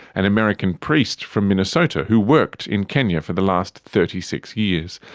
an american priest from minnesota who worked in kenya for the last thirty six years.